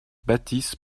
bâtisse